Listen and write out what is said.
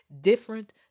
different